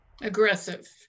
aggressive